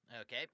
Okay